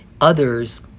others